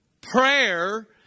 Prayer